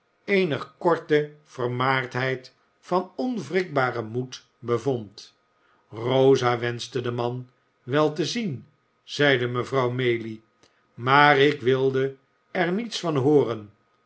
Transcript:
eener korte vermaardheid van onwrikbaren moed bevond rosa wenschte den man wel te zien zeide mevrouw maylie maar ik wilde er niets van hooren